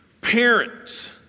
parents